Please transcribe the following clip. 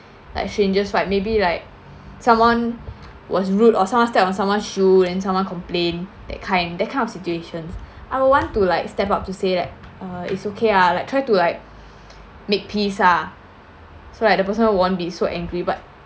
like strangers fight like maybe like someone was rude or someone steps on someone's shoe then someone complain that kind that kind of situation I'll want to like step out to say like uh it's okay ah like try to like make peace ah so like the person won't be so angry but